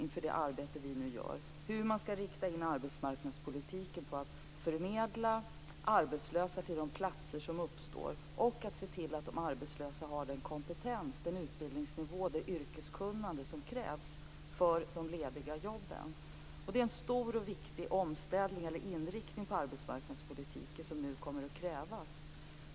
Vi arbetar nu med frågan hur man skall inrikta arbetsmarknadspolitiken på att förmedla arbetslösa till de platser som uppstår och hur man skall se till att de arbetslösa har den kompetens, den utbildningsnivå och det yrkeskunnande som krävs för de lediga jobben. Det är en stor och viktig inriktning för arbetsmarknadspolitiken som nu kommer att krävas.